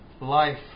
life